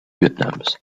vietnams